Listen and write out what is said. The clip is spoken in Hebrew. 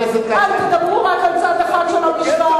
אל תדברו רק על צד אחד של המשוואה,